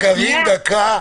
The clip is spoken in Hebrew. דקה,